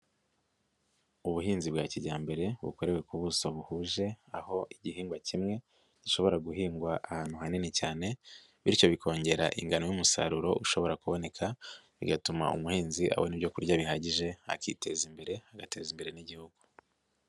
Ubuhinzi bwa kijyambere bukorewe ku buso buhuje, aho igihingwa kimwe gishobora guhingwa ahantu hanini cyane, bityo bikongera ingano y'umusaruro ushobora kuboneka, bigatuma umuhinzi abona ibyorya bihagije akiteza imbere agateza imbere n'igihugu.